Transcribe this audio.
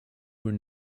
were